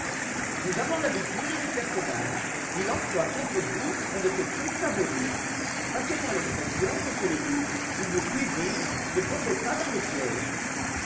nous avons l'habitude du personnage il emploie contre vous un de ses trucs favoris passez-moi l'expression monsieur le duc il vous cuisine ne tombez pas dans le piège